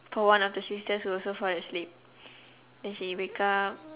for one of the sisters who also fall asleep then she wake up